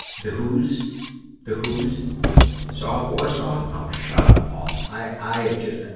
the whos the whos saw warsaw? oh, shut up, paul. i have just,